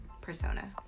persona